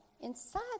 inside